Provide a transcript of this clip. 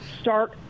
Start